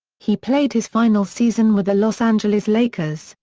he played his final season with the los angeles lakers,